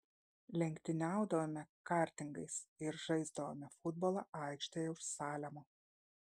lenktyniaudavome kartingais ir žaisdavome futbolą aikštėje už salemo